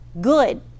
Good